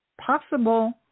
possible